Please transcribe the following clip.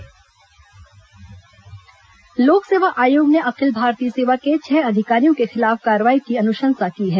लोक आयोग अनुशंसा लोक आयोग ने अखिल भारतीय सेवा के छह अधिकारियों के खिलाफ कार्रवाई की अनुशंसा की है